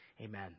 Amen